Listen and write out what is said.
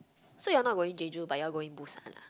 so you are not going Jeju but you all going Busan lah